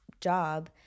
job